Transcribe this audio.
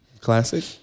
classic